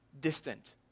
distant